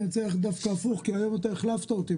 כי רוצה ללכת דווקא הפוך כי היום אתה החלפת אותי,